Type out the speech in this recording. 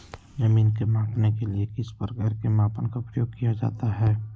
जमीन के मापने के लिए किस प्रकार के मापन का प्रयोग किया जाता है?